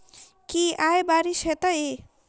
की आय बारिश हेतै?